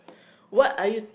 what are you